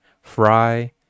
Fry